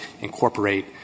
incorporate